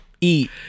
eat